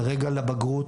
כרגע לבגרות,